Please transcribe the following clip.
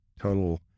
total